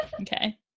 okay